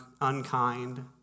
unkind